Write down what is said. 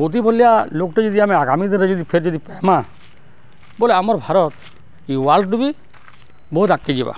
ମୋଦୀ ଭଲିଆ ଲୋକ୍ଟେ ଯଦି ଆମେ ଆଗାମୀ ଦିନ୍ରେ ଯଦି ଫେର୍ ଯଦି ପାଏମା ବୋଲେ ଆମର୍ ଭାରତ୍ ଇ ୱାର୍ଲଡ୍ ବି ବହୁତ୍ ଆଗ୍କେ ଯିବା